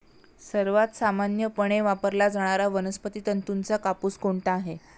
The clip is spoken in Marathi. सर्वात सामान्यपणे वापरला जाणारा वनस्पती तंतूचा कापूस कोणता आहे?